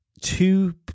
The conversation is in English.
two